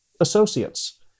associates